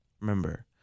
Remember